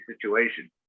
situation